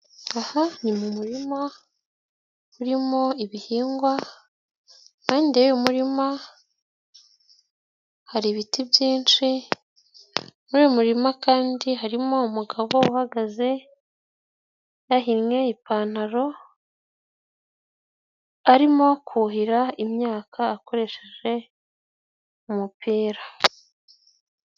Aha ni mu murima urimo ibihingwa, impande y'yu murima hari ibiti byinshi, muri uyu murima kandi harimo umugabo uhagaze yahinnye ipantaro, arimo kuhira imyaka akoresheje umupira.